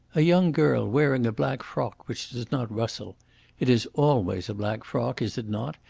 a young girl wearing a black frock which does not rustle it is always a black frock, is it not,